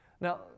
Now